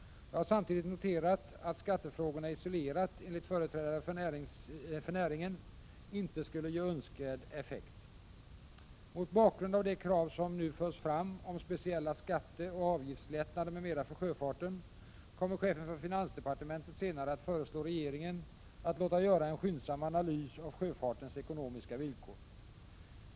Jag har samtidigt noterat att skattefrågorna isolerat, enligt företrädare för näringen, inte skulle ge önskvärd effekt. Mot bakgrund av de krav som nu förs fram om speciella skatte - och avgiftslättnader m.m. för sjöfarten kommer chefen för finansdepartementet senare att föreslå regeringen att låta göra en skyndsam analys av sjöfartens ekonomiska villkor.